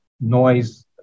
noise